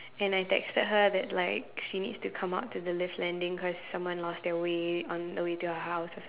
and I texted her that like she needs to come out to the lift landing cause someone lost their way on the way to her house or